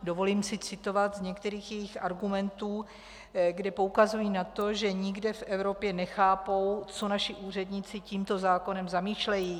Dovolím si citovat z některých jejich argumentů, kde poukazují na to, že nikde v Evropě nechápou, co naši úředníci tímto zákonem zamýšlejí.